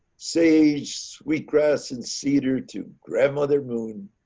sage, wheat grass and cedar to grandmother moon.